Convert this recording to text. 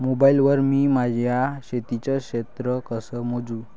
Mobile वर मी माया शेतीचं क्षेत्र कस मोजू?